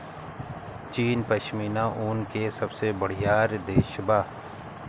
चीन पश्मीना ऊन के सबसे बड़ियार देश बा